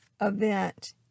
event